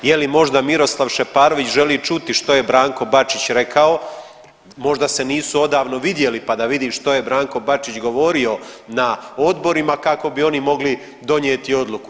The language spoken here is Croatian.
Je li možda Miroslav Šeparović želi čuti što je Branko Bačić rekao, možda se nisu odavno vidjeli pa da vidi što je Branko Bačić govorio na odborima kako bi oni mogli donijeti odluku.